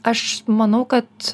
aš manau kad